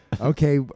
okay